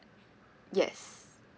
yes